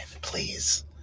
please